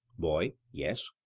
boy yes.